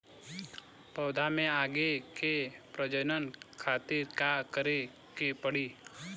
पौधा से आगे के प्रजनन खातिर का करे के पड़ी?